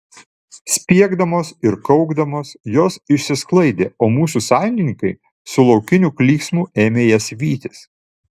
spiegdamos ir kaukdamos jos išsisklaidė o mūsų sąjungininkai su laukiniu klyksmu ėmė jas vytis